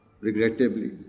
Regrettably